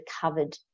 covered